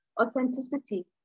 authenticity